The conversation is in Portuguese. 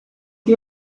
que